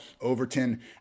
Overton